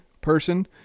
person